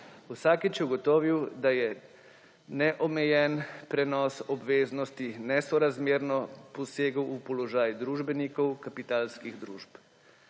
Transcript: Vsakič je ugotovil, da je neomejen prenos obveznosti nesorazmerno posegel v položaj družbenikov kapitalskih družb.